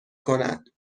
کند